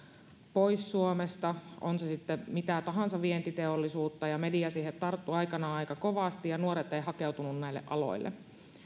pois suomesta on se sitten mitä tahansa vientiteollisuutta media siihen tarttui aikanaan aika kovasti ja nuoret eivät hakeutuneet näille aloille